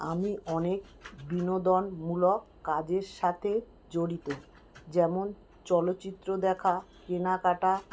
আমি অনেক বিনোদনমূলক কাজের সাথে জড়িত যেমন চলচিত্র দেখা কেনাকাটা